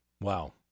Wow